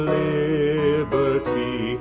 liberty